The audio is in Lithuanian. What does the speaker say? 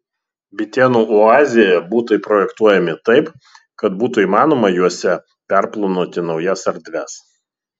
bitėnų oazėje butai projektuojami taip kad būtų įmanoma juose perplanuoti naujas erdves